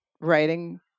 writing